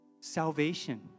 Salvation